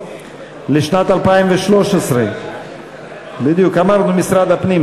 לשנת 2013. אמרנו משרד הפנים,